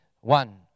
One